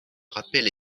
rappelle